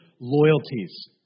loyalties